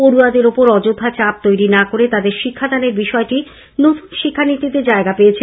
পড়য়াদের ওপর অযথা চাপ তৈরি না করে তাদের শিক্ষাদানের বিষয়টি নতুন শিক্ষানীতিতে জায়গা পেয়েছে